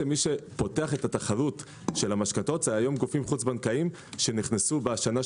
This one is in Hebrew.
מי שפותח את התחרות של המשכנתאות זה גופים חוץ בנקאיים שנכנסו בשנה,